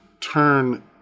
turn